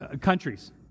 countries